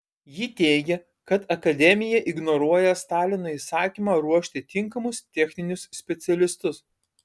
ji teigė kad akademija ignoruoja stalino įsakymą ruošti tinkamus techninius specialistus